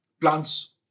plants